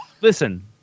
listen